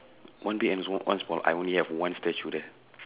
one big and small one small I only have one statue there